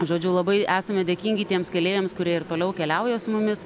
žodžiu labai esame dėkingi tiems keleiviams kurie ir toliau keliauja su mumis